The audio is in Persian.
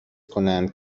کنند